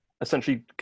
essentially